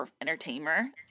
entertainer